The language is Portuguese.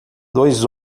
dois